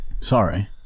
Sorry